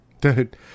dude